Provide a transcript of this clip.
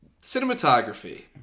cinematography